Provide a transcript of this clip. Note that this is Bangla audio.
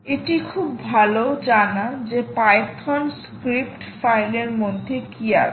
এটা খুব ভাল জানা যে পাইথন স্ক্রিপ্ট ফাইল এর মধ্যে কি আছে